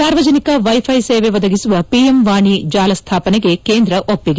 ಸಾರ್ವಜನಿಕ ವೈಥೈ ಸೇವೆ ಒದಗಿಸುವ ಪಿಎಂ ವಾನಿ ಜಾಲ ಸ್ಡಾಪನೆಗೆ ಕೇಂದ್ರ ಒಪ್ಸಿಗೆ